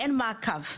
אין מעקב.